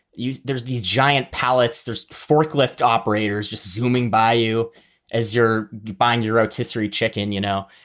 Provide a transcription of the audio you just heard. you there's these giant pallets. there's forklift operators just zooming by you as you're buying your rotisserie chicken, you know,